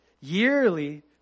yearly